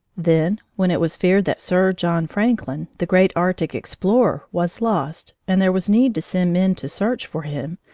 then, when it was feared that sir john franklin, the great arctic explorer, was lost, and there was need to send men to search for him,